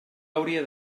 hauria